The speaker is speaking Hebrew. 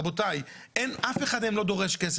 רבותי, אף אחד מהם לא דורש כסף.